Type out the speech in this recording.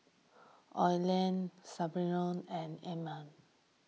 Oline Spurgeon and Elam